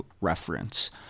reference